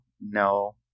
no